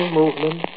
movement